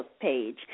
page